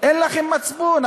אין לכם מצפון.